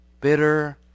bitter